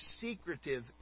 secretive